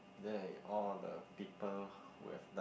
there all the people who have died